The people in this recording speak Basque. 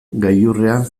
gailurrean